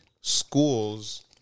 schools